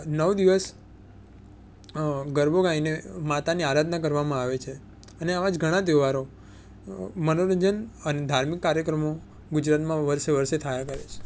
નવ દિવસ ગરબો ગાઈને માતાની આરાધના કરવામાં આવે છે અને આવા જ ઘણા તહેવારો મનોરંજન અને ધાર્મિક કાર્યક્રમો ગુજરાતમાં વર્ષે વર્ષે થયા કરે છે